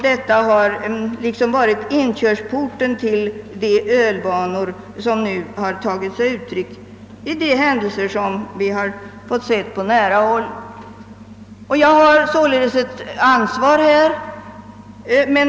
Detta har varit inkörsporten till de ölvanor som nu har tagit sig uttryck i de händelser vi har fått bevittna. Jag har således ett ansvar i detta avseende.